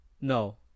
No